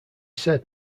said